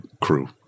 crew